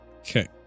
Okay